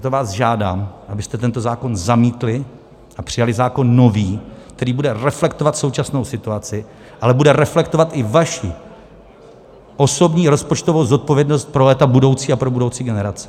Proto vás žádám, abyste tento zákon zamítli a přijali zákon nový, který bude reflektovat současnou situaci, ale bude reflektovat i vaši osobní rozpočtovou zodpovědnost pro léta budoucí a pro budoucí generace.